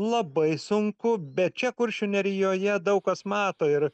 labai sunku bet čia kuršių nerijoje daug kas mato ir